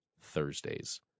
Thursdays